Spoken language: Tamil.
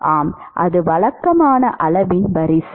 ஆம் அது வழக்கமான அளவின் வரிசை